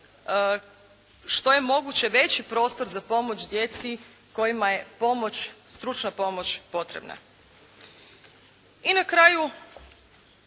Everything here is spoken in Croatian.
što je moguće veći prostor za pomoć djeci kojima je pomoć, stručna pomoć potrebna. I na kraju,